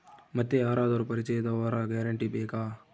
ಮತ್ತೆ ಯಾರಾದರೂ ಪರಿಚಯದವರ ಗ್ಯಾರಂಟಿ ಬೇಕಾ?